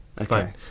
Okay